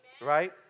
right